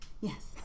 Yes